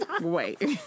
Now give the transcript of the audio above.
wait